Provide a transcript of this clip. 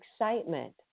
excitement